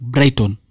Brighton